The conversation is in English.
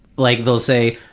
like they'll say,